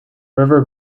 river